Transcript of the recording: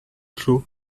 clos